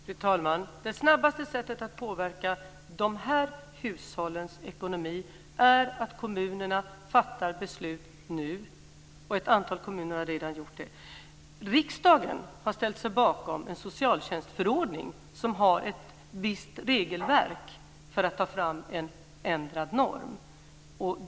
Fru talman! Det snabbaste sättet att påverka de här hushållens ekonomi är att kommunerna fattar beslut nu. Ett antal kommuner har redan gjort det. Riksdagen har ställt sig bakom en socialtjänstförordning som har ett visst regelverk för att ta fram en ändrad norm.